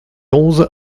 onze